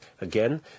Again